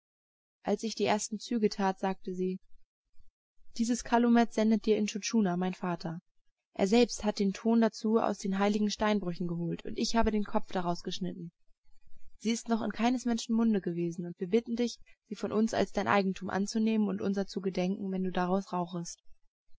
als ich die ersten züge tat sagte sie dieses calumet sendet dir intschu tschuna mein vater er selbst hat den thon dazu aus den heiligen steinbrüchen geholt und ich habe den kopf daraus geschnitten sie ist noch in keines menschen munde gewesen und wir bitten dich sie von uns als dein eigentum anzunehmen und unser zu gedenken wenn du daraus rauchest